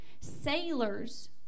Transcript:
sailors